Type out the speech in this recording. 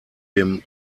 dem